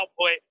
output